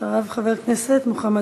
אחריו, חבר הכנסת מוחמד